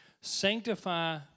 Sanctify